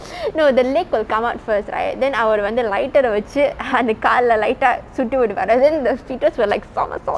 no the leg will come out first right then அவரு வந்து:avaru vanthu lighter ர வெச்சி அந்த காலே:re vachi antha kaalae light டா சுட்டு விடுவாரு:tah suttu viduvaaru and then the fetus will like somersault